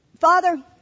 Father